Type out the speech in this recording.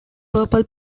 purple